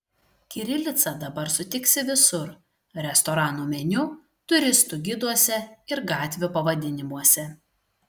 kirilicą dabar sutiksi visur restoranų meniu turistų giduose ir gatvių pavadinimuose